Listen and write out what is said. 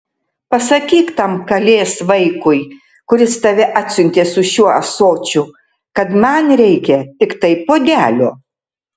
pasakyk tam kalės vaikui kuris tave atsiuntė su šiuo ąsočiu kad man reikia tiktai puodelio